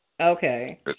Okay